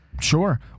Sure